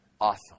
awesome